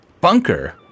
Bunker